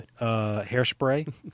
hairspray